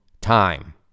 time